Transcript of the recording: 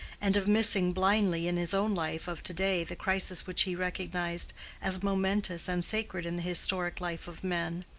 and of missing blindly in his own life of to-day the crisis which he recognized as momentous and sacred in the historic life of men.